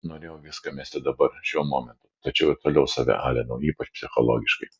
norėjau viską mesti dabar šiuo momentu tačiau ir toliau save alinau ypač psichologiškai